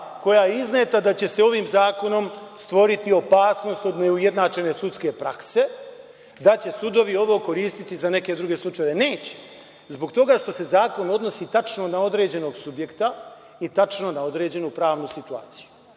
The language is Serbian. koja je izneta da će se ovim zakonom stvoriti opasnost od neujednačene sudske prakse, da će sudovi ovo koristiti za neke druge slučajeve, neće. Zbog toga što se zakon odnosi tačno na određenog subjekta i tačno na određenu pravnu situaciju.